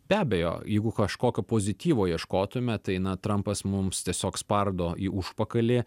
be abejo jeigu kažkokio pozityvo ieškotume tai na trampas mums tiesiog spardo į užpakalį